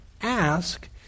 ask